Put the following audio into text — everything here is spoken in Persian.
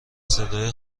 صدای